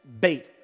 bait